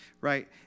Right